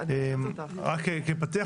רק כפתיח